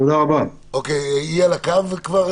אפרת על הקו?